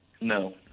No